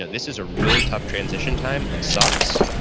this is a really tough transition time. it's sucks.